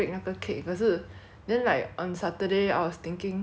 eh 她不是昨天讲她要 bake 的 then 为什么她